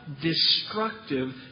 destructive